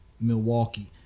Milwaukee